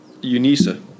UNISA